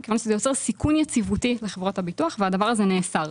מכיוון שזה יוצר סיכון יציבותי לחברות הביטוח והדבר הזה נאסר.